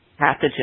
pathogen